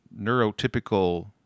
neurotypical